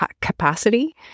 capacity